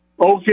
Okay